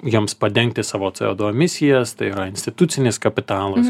jiems padengti savo c o du misijas tai yra institucinis kapitalas